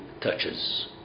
touches